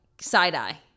side-eye